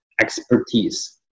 expertise